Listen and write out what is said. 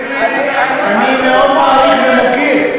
אני מאוד מעריך ומוקיר,